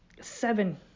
seven